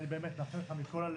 אני מאחל לך מכל הלב,